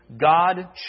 God